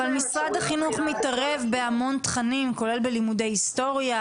אבל משרד החינוך מתערב בהמון תכנים כולל בלימודי היסטוריה,